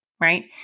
right